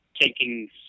taking